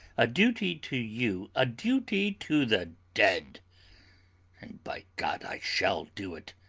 a duty to you, a duty to the dead and, by god, i shall do it!